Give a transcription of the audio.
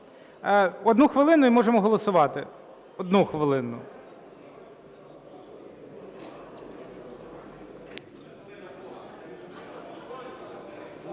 Одну хвилину - і можемо голосувати. Одну хвилину.